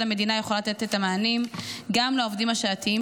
המדינה יכולה לתת את המענים גם לעובדים השעתיים,